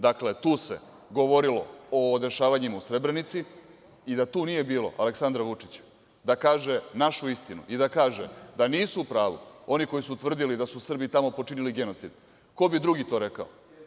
Dakle, tu se govorilo o dešavanjima u Srebrenici i da tu nije bilo Aleksandra Vučića da kaže našu istinu i da kaže da nisu u pravu oni koji su tvrdili da su Srbi tamo počinili genocid, ko bi drugi to rekao?